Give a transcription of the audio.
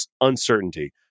uncertainty